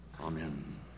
amen